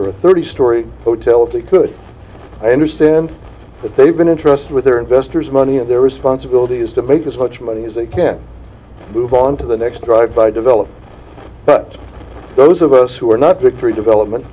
or thirty story hotel if they could understand that they've been entrusted with their investors money and their responsibilities to make as much money as they can move on to the next drive by developing but those of us who are not victory development